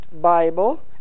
Bible